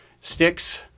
sticks